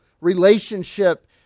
relationship